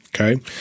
okay